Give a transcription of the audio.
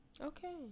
Okay